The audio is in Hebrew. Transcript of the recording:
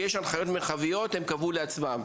כי יש הנחיות מרחביות שהם קבעו לעצמם.